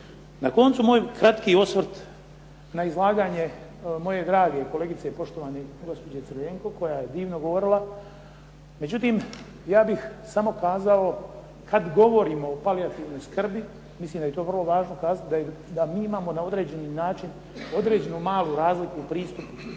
Na koncu moj kratki osvrt na izlaganje moje drage kolegice poštovane gospođe Crljenko koja je divno govorila. Međutim ja bih samo kazao kad govorimo o palijativnoj skrbi, mislim da je to vrlo važno kazati da mi imamo na određeni način određenu malu razliku u pristupu.